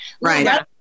Right